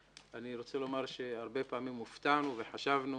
אני רוצה לומר שהרבה פעמים הופתענו וחשבנו